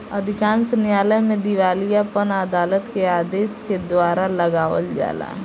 अधिकांश न्यायालय में दिवालियापन अदालत के आदेश के द्वारा लगावल जाला